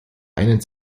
einen